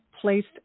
placed